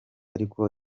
ariko